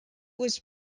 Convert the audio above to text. was